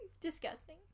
Disgusting